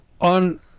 on